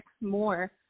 more